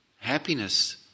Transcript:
Happiness